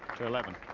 to eleven.